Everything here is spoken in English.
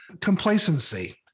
complacency